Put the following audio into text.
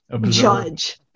judge